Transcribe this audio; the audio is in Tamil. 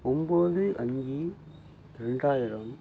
ஒம்பது அஞ்சு ரெண்டாயிரம்